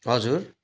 हजुर